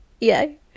Yay